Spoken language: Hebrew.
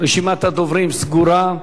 רשימת הדוברים סגורה.